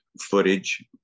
footage